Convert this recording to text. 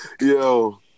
Yo